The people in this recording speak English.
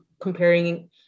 comparing